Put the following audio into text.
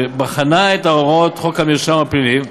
שבחנה את הוראות חוק המרשם הפלילי,